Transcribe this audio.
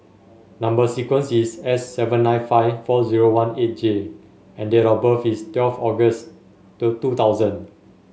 number sequence is S seven nine five four zero one eight J and date of birth is twelve August the two thousand